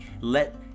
Let